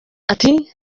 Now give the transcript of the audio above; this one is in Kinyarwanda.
ati